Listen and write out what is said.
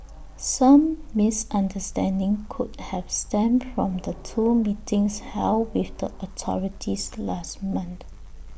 some misunderstanding could have stemmed from the two meetings held with the authorities last month